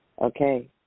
Okay